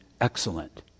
excellent